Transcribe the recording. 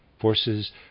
forces